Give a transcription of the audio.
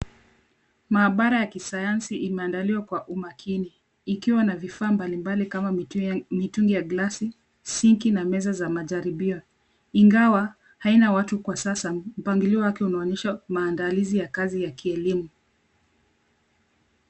Maabara ya kisayansi imeandaliwa kwa umakini, ikiwa na vifaa mbali mbali, kama mitungi ya glasi, singi, na meza za majaribio. Ingawa haina watu kwa sasa, mpangilio wake unaonyesha maandalizi ya kazi ya kielimu.